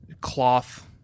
cloth